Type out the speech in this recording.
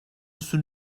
wüsste